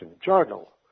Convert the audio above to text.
Journal